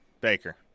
Baker